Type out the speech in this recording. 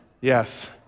Yes